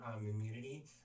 immunity